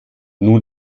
nun